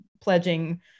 pledging